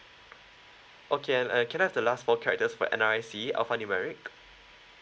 okay and can I have the last four characters for N_R_I_C alphanumeric